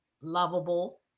lovable